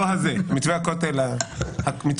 לא הזה, מתווה הכותל --- הקטן.